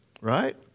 right